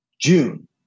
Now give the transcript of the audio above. June